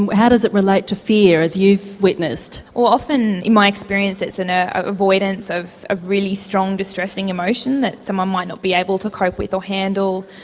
and how does it relate to fear as you've witnessed? well often in my experience it's an ah avoidance of of really strong, distressing emotion that someone might not be able to cope with or handle,